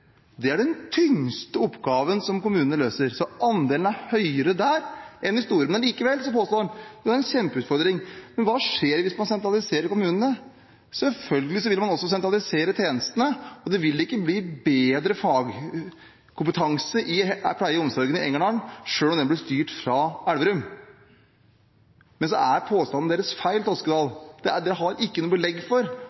Det er den tyngste oppgaven som kommunene løser, og andelen er høyere der enn i store, men allikevel påstår en at det er en kjempeutfordring. Men hva skjer hvis man sentraliserer kommunene? Selvfølgelig vil man også sentralisere tjenestene, og det vil ikke bli bedre fagkompetanse innen pleie og omsorg i Engerdal selv om den blir styrt fra Elverum. Men så er påstanden til representanten Toskedal feil. Han har ikke noe belegg for